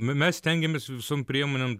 mes stengiamės visom priemonėm